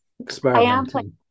experimenting